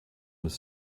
his